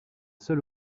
seul